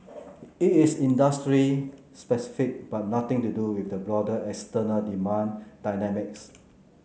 it is industry specific but nothing to do with the broader external demand dynamics